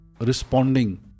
responding